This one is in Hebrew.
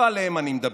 לא עליהם אני מדבר.